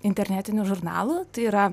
internetinių žurnalų tai yra